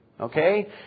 okay